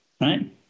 Right